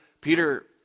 Peter